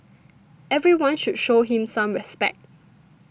everyone should show him some respect